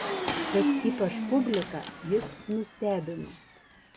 bet ypač publiką jis nustebino